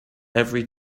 every